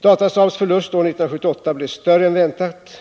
Datasaabs förlust år 1978 blev större än väntat.